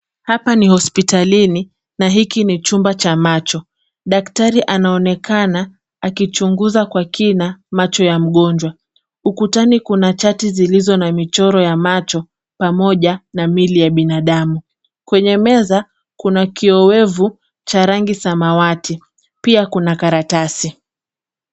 Hapa ni hospitalini na hiki ni chumba cha macho. Daktari anaonekana akichunguza kwa kina macho ya mgonjwa. Ukutani kuna chati zilizo na michoro ya macho pamoja na mili ya binadamu. Kwenye meza kuna kioevu cha rangi samawati, pia kuna karatasi.